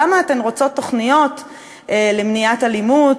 למה אתן רוצות תוכניות למניעת אלימות,